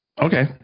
Okay